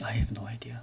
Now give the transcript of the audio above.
I have no idea